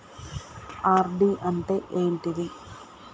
RD అంటే ఏంటిది?